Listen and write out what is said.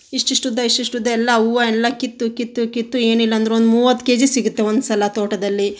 ಇಷ್ಟು ಇಷ್ಟು ಉದ್ದ ಇಷ್ಟು ಇಷ್ಟು ಉದ್ದ ಎಲ್ಲ ಹೂವು ಎಲ್ಲ ಕಿತ್ತು ಕಿತ್ತು ಕಿತ್ತು ಏನಿಲ್ಲ ಅಂದರೂ ಒಂದು ಮೂವತ್ತು ಕೆಜಿ ಸಿಗುತ್ತೆ ಒಂದುಸಲ ತೋಟದಲ್ಲಿ